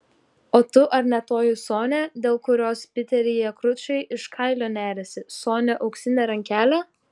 o tu ar ne toji sonia dėl kurios piteryje kručai iš kailio neriasi sonia auksinė rankelė